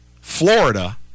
Florida